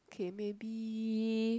okay maybe